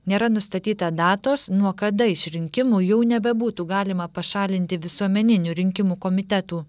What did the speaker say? nėra nustatyta datos nuo kada iš rinkimų jau nebebūtų galima pašalinti visuomeninių rinkimų komitetų